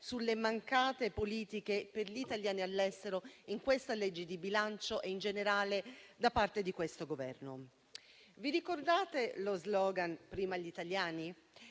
sulle mancate politiche per gli italiani all'estero in questo disegno di legge di bilancio e in generale da parte di questo Governo. Vi ricordate lo *slogan* «prima gli italiani»?